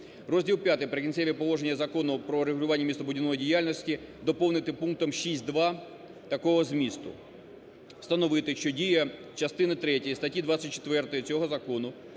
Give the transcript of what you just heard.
Розділ V "Прикінцеві положення" Закону про врегулювання містобудівної діяльної" доповнити пунктом 6.2 такого змісту: "Встановити, що дія частини третьої статті 24 цього закону